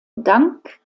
dank